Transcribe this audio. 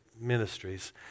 Ministries